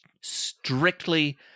strictly